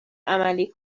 عملی